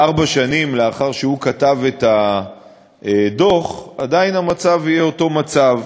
שארבע שנים לאחר שהוא כתב את הדוח עדיין המצב יהיה אותו מצב.